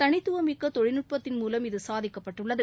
தனித்துவமிக்க தொழில்நுட்பத்தின் மூலம் இது சாதிக்கப்பட்டுள்ளது